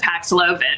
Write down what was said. Paxlovid